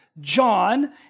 John